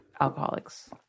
alcoholics